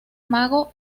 mago